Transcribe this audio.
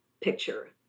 picture